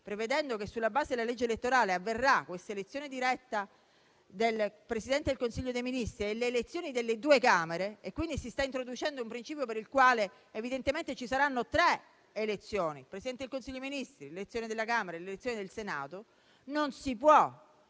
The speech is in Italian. prevedendo che sulla base di tale legge avverrà l'elezione diretta del Presidente del Consiglio dei ministri e delle due Camere - quindi si sta introducendo un principio per il quale evidentemente ci saranno tre elezioni, quella del Presidente del Consiglio dei ministri, quella della Camera e quella del Senato - non si può